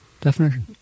definition